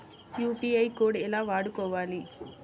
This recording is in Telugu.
యూ.పీ.ఐ కోడ్ ఎలా వాడుకోవాలి?